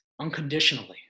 unconditionally